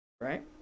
Right